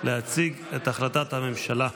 החלטת הממשלה,